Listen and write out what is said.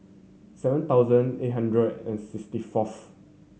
seven thousand eight hundred and sixty fourth